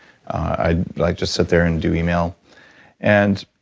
i'd like just sit there and do email and